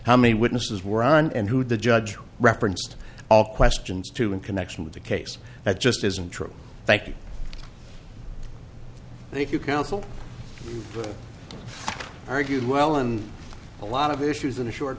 how many witnesses were on and who the judge referenced all questions to in connection with the case that just isn't true thank you and if you counsel argued well on a lot of issues in a short